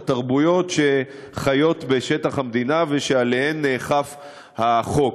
התרבויות שחיות בשטח המדינה ועליהן נאכף החוק.